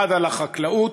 1. החקלאות,